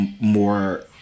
more